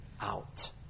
out